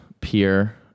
peer